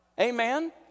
amen